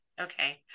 okay